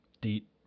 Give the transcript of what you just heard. Deep